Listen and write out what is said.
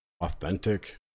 authentic